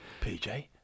PJ